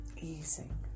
easing